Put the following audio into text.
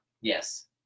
yes